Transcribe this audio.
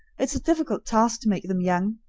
it's a difficult task to make them young,